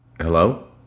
Hello